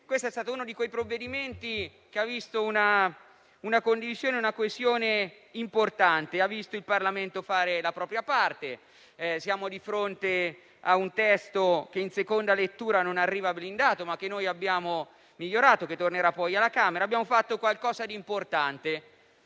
questo è stato uno dei provvedimenti che ha visto una condivisione e una coesione importante. Ha visto il Parlamento fare la propria parte. Siamo di fronte a un testo che in seconda lettura non arriva blindato: lo abbiamo migliorato e tornerà alla Camera. Abbiamo fatto qualcosa di importante,